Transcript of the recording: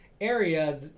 area